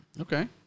Okay